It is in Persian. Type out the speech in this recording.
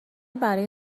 برای